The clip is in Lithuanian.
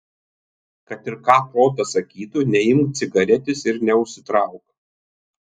kad ir ką protas sakytų neimk cigaretės ir neužsitrauk